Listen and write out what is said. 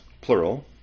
plural